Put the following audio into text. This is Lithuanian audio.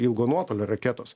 ilgo nuotolio raketos